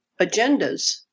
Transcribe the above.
agendas